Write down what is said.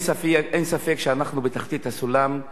אין ספק שאנחנו בתחתית הסולם,